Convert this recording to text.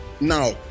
now